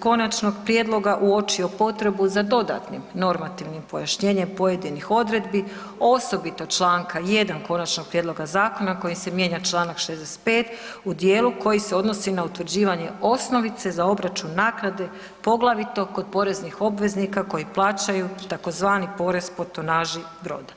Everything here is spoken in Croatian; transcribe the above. konačnog prijedloga uočio potrebu za dodatnim normativnim pojašnjenjem pojedinih odredbi osobito Članka 1. konačnog prijedloga zakona kojim se mijenja Članak 65. u dijelu koji se odnosi na utvrđivanje osnovice za obračun naknade poglavito kod poreznih obveznika koji plaćaju tzv. porez po tonaži broda.